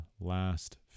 last